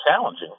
challenging